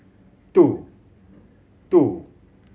two two